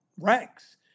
ranks